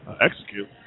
execute